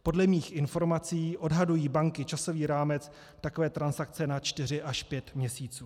Podle mých informací odhadují banky časový rámec takové transakce na 4 až 5 měsíců.